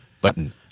Button